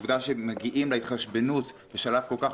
העובדה שמגיעים להתחשבנות בשלב כל כך